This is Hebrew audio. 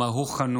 מה הוא חנון,